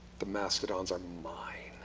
the mastodons are mine.